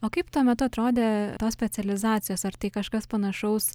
o kaip tuo metu atrodė tos specializacijos ar tai kažkas panašaus